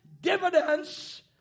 dividends